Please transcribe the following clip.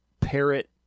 parrot